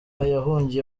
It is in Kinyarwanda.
yahungiye